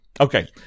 okay